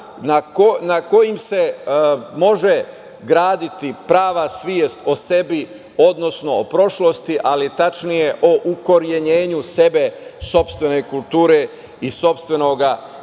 na kojim se može graditi prava svest o sebi, odnosno o prošlosti, ali tačnije o ukorenjenju sebe, sopstvene kulture i sopstvenog